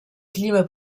climat